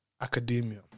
Academia